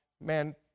man